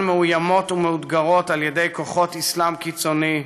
מאוימות ומאותגרות על ידי כוחות אסלאם קיצוני,